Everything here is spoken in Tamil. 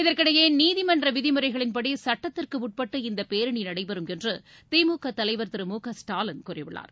இதற்கிடையே நீதிமன்ற விதிமுறைகளின்படி சட்டத்திற்கு உட்பட்டு இந்தப் பேரணி நடைபெறும் என்று திமுக தலைவர் திரு மு க ஸ்டாலின் கூறியுள்ளார்